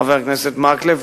חבר הכנסת מקלב,